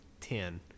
ten